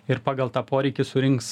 ir pagal tą poreikį surinks